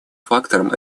фактором